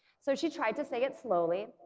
so she tried to say it slowly.